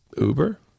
Uber